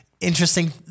interesting